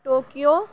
Tokyo